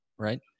Right